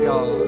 God